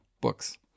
books